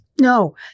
No